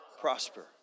Prosper